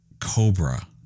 Cobra